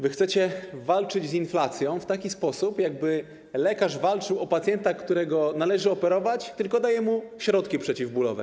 Wy chcecie walczyć z inflacją w taki sposób, jak lekarz, który walczy o pacjenta, którego należy operować, tak że daje mu środki przeciwbólowe.